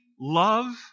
love